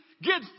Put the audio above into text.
Get